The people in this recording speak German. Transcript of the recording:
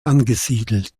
angesiedelt